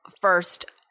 first